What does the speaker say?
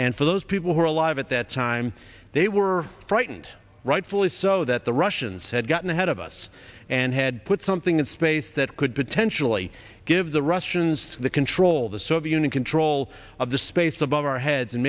and for those people who are alive at that time they were frightened rightfully so that the russians had gotten ahead of us and had put something in space that could potentially give the russians the control the soviet union control of the space above our heads and